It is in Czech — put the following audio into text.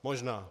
Možná.